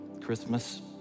Christmas